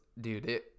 dude